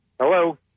Hello